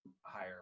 higher